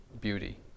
beauty